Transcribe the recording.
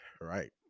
Right